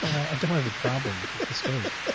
i don't have a problem with with the steak.